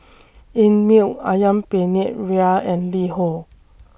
Einmilk Ayam Penyet Ria and LiHo